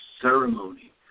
ceremony